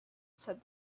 said